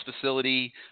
facility